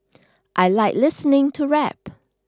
I like listening to rap